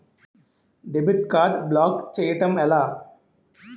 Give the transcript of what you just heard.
Debit card block చేయటం ఎలా?